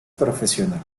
profesional